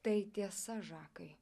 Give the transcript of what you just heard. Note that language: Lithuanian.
tai tiesa žakai